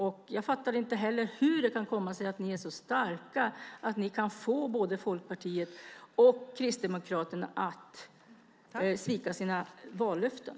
Och jag fattar inte hur det kan komma sig att ni är så starka att ni kan få både Folkpartiet och Kristdemokraterna att svika sina vallöften.